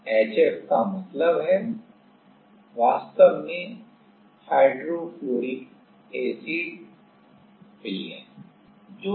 HF का मतलब है वास्तव में हाइड्रोफ्लोरिक एसिड विलयन